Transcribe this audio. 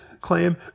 claim